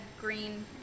green